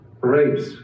rapes